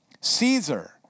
Caesar